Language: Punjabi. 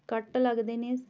ਕੱਟ ਲੱਗਦੇ ਨੇ